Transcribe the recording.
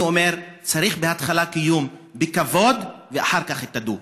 אני אומר: צריך בהתחלה קיום בכבוד ואחר כך את ה"דו".